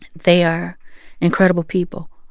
they are incredible people.